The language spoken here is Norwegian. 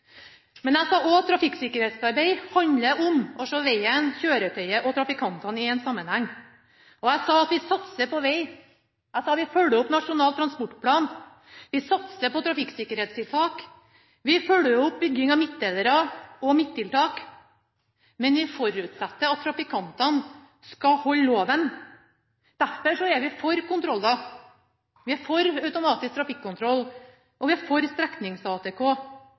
Men jeg sa også at trafikksikkerhetsarbeid handler om å se vegen, kjøretøyet og trafikantene i en sammenheng. Jeg sa at vi satser på veg. Jeg sa vi følger opp Nasjonal transportplan. Vi satser på trafikksikkerhetstiltak. Vi følger opp bygging av midtdelere og midttiltak, men vi forutsetter at trafikantene skal følge loven. Derfor er vi for kontroller, vi er for automatisk trafikkontroll, og vi er for